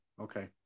okay